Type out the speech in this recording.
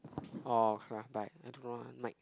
orh craft bite I don't know ah might